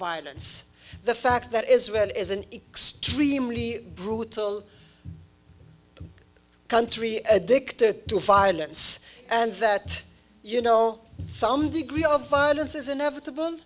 finance the fact that israel is an extremely brutal country addicted to violence and that you know some degree of violence is inevitable